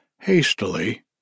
Hastily